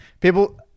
people